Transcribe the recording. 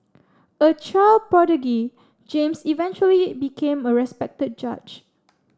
a child prodigy James eventually became a respected judge